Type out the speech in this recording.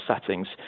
settings